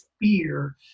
fear